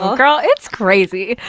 um gurl, it's crazy.